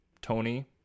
tony